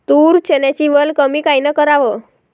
तूर, चन्याची वल कमी कायनं कराव?